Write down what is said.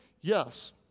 Yes